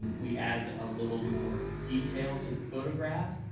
we added a little more detail to the photograph,